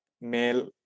male